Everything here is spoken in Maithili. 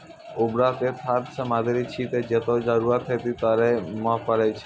उर्वरक एक खाद सामग्री छिकै, जेकरो जरूरत खेती करै म परै छै